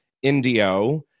indio